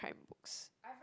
crime books